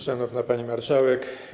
Szanowna Pani Marszałek!